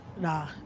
Nah